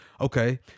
okay